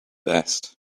best